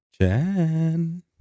Chen